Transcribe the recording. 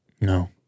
No